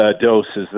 Doses